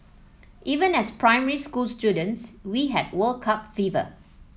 even as primary school students we had World Cup fever